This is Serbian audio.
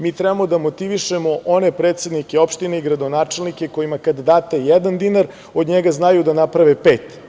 Mi treba da motivišemo one predsednike, opštine i gradonačelnike kojima kad date jedan dinar od njega znaju da naprave pet.